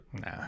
Nah